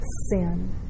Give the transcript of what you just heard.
sin